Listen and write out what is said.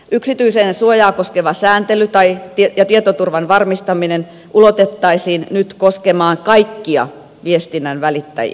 yksityisyyden suojaa koskeva sääntely ja tietoturvan varmistaminen ulotettaisiin nyt koskemaan kaikkia viestinnän välittäjiä